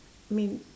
I mean